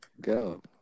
Go